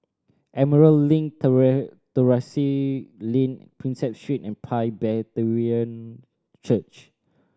Emerald Link Terrasse Lane Prinsep Street Presbyterian Church